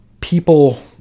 People